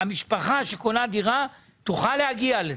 המשפחה שקונה דירה תוכל להגיע לזה.